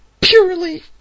purely